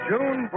June